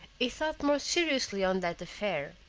he thought more seriously on that affair.